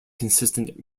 consistent